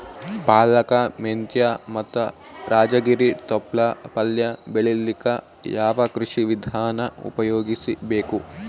ಪಾಲಕ, ಮೆಂತ್ಯ ಮತ್ತ ರಾಜಗಿರಿ ತೊಪ್ಲ ಪಲ್ಯ ಬೆಳಿಲಿಕ ಯಾವ ಕೃಷಿ ವಿಧಾನ ಉಪಯೋಗಿಸಿ ಬೇಕು?